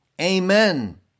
Amen